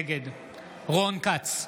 נגד רון כץ,